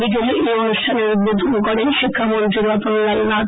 বিকেলে এই অনুষ্ঠানের উদ্বোধন করেন শিক্ষামন্ত্রী রতনলাল নাথ